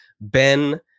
Ben